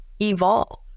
evolve